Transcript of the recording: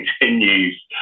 continues